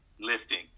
lifting